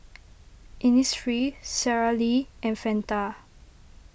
Innisfree Sara Lee and Fanta